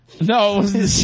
No